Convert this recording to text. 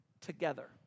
together